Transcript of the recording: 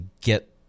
get